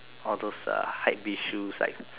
all those uh Hypebeast shoes like